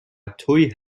تویی